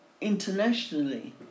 internationally